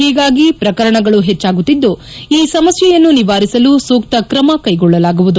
ಹೀಗಾಗಿ ಪ್ರಕರಣಗಳು ಹೆಚ್ಚಾಗುತ್ತಿದ್ದು ಈ ಸಮಸ್ಯೆಯನ್ನು ನಿವಾರಿಸಲು ಸೂಕ್ತ ಕ್ರಮ ಕೈಗೊಳ್ಳಲಾಗುವುದು